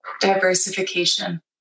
Diversification